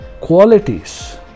qualities